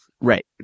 Right